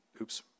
oops